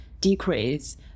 decrease